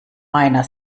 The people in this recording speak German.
meiner